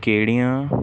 ਕਿਹੜੀਆਂ